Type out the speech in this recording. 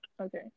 Okay